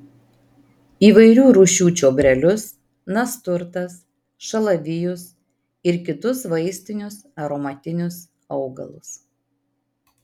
įvairių rūšių čiobrelius nasturtas šalavijus ir kitus vaistinius aromatinius augalus